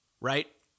right